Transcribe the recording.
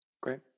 Great